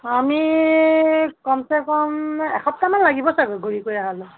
আমি কমচেকম এসপ্তাহমান লাগিব চাগৈ ঘূৰি কৰি অহালৈ